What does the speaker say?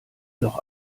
doch